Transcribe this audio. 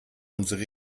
unsere